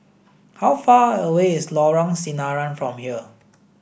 how far away is Lorong Sinaran from here